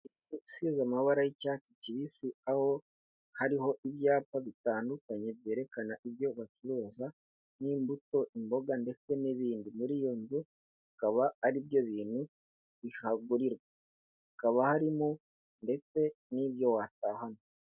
Inzu isize amabara y'icyatsi kibisi, aho hariho ibyapa bitandukanye byerekana ibyo bacuruza, ni imbuto, imboga ndetse n'ibindi, muri iyo nzu bikaba ari byo bintu bihagurirwa, hakaba harimo ndetse n'ibyo watahana.